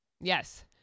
Yes